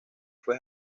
fue